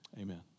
Amen